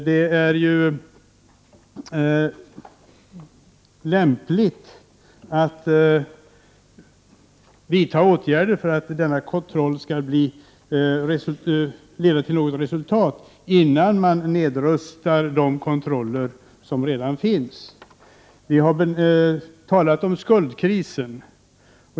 Det är väl lämpligt att vidta åtgärder som visar på resultatet av en sådan här kontroll innan man nedrustar de kontroller som redan finns. Vi har talat om skuldkrisen.